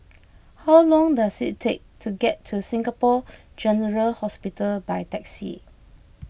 how long does it take to get to Singapore General Hospital by taxi